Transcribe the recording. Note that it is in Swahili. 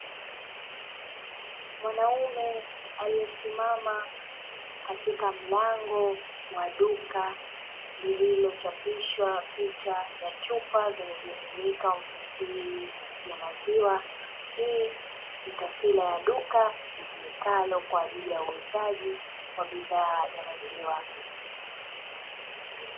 Mwanaume aliyesimama katika mlango wa duka lililochapishwa picha ya chupa zenye vimiminika mithili ya maziwa, hii ni taswira ya duka litumikalo kwa ajili ya uuzaji wa bidhaa ya maziwa.